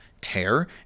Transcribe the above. tear